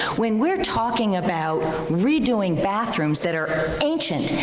when we're talking about redoing bathrooms that are ancient,